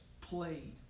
played